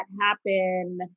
happen